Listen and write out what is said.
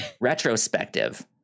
retrospective